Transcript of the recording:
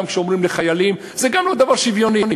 גם כשאומרים "לחיילים" זה לא דבר שוויוני.